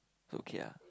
so okay lah